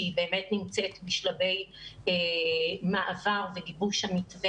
שהיא באמת נמצאת בשלבי מעבר וגיבוש המתווה